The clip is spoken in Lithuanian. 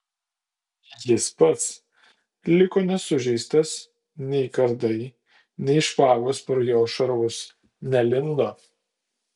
jis pats liko nesužeistas nei kardai nei špagos pro jo šarvus nelindo